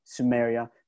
Sumeria